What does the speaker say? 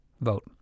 Vote